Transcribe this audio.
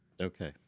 Okay